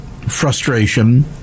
frustration